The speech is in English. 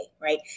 Right